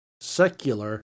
secular